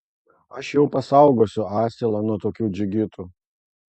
aš jau pasaugosiu asilą nuo tokių džigitų